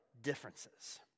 differences